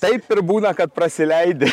taip ir būna kad prasileidi